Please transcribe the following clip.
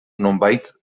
nonbait